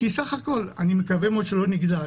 אני מקווה מאוד שלא נגדל,